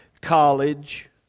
college